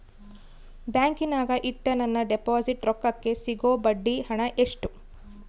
ಬ್ಯಾಂಕಿನಾಗ ಇಟ್ಟ ನನ್ನ ಡಿಪಾಸಿಟ್ ರೊಕ್ಕಕ್ಕೆ ಸಿಗೋ ಬಡ್ಡಿ ಹಣ ಎಷ್ಟು?